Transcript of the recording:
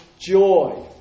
joy